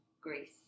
Greece